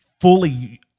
fully